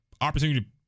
opportunity